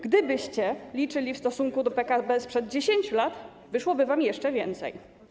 Gdybyście liczyli w stosunku do PKB sprzed 10 lat, wyszłoby wam jeszcze więcej.